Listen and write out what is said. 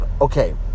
Okay